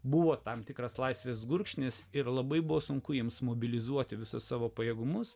buvo tam tikras laisvės gurkšnis ir labai buvo sunku jiems mobilizuoti visą savo pajėgumus